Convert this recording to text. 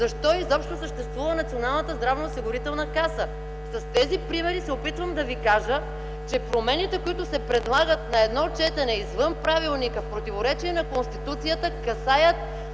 защо изобщо съществува Националната здравноосигурителна каса? С тези примери се опитвам да ви кажа, че промените, които се предлагат на едно четене извън правилника, в противоречие на Конституцията, касаят